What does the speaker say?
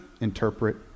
interpret